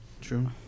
True